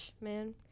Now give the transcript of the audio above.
man